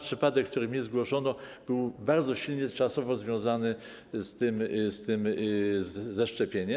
Przypadek, który mi zgłoszono, był bardzo silnie czasowo związany z zaszczepieniem.